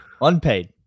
Unpaid